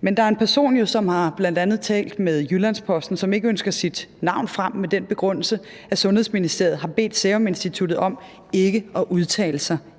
Men der er jo en person, som bl.a. har talt med Jyllands-Posten, som ikke ønsker sit navn frem med den begrundelse, at Sundhedsministeriet har bedt Seruminstituttet om ikke at udtale sig